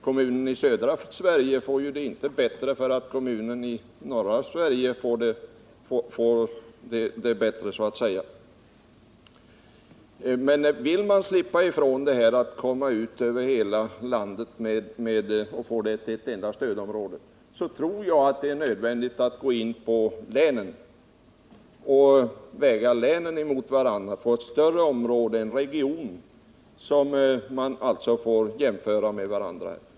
Kommunerna i södra Sverige får det ju inte bättre därför att kommunerna i norra Sverige får det bättre, så att säga. Vill man slippa ifrån att hela landet blir ett enda stödområde, tror jag det är nödvändigt att gå in på länen och väga dem mot varandra. Då får man större områden, regioner, som man får jämföra med varandra.